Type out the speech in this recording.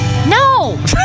No